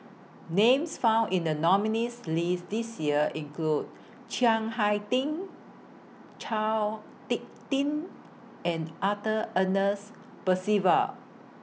Names found in The nominees' list This Year include Chiang Hai Ding Chao Hick Tin and Arthur Ernest Percival